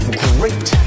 great